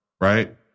right